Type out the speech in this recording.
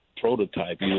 prototype